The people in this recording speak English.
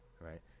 right